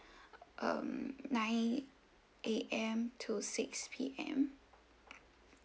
um nine A_M to six P_M